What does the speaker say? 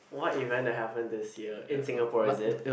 what event that happened this year in Singapore is it